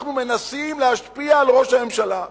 אנחנו מנסים להשפיע על ראש הממשלה.